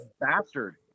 bastard